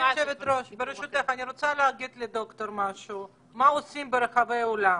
אני רוצה להגיד מה עושים ברחבי העולם.